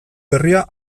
berria